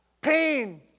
pain